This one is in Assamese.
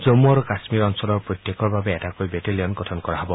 জম্মু আৰু কাম্মীৰ অঞ্চলৰ প্ৰত্যেকৰ বাবে এটাকৈ বেটেলিয়ন গঠন কৰা হ'ব